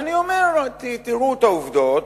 ואני אומר: תראו את העובדות,